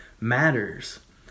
matters